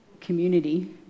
community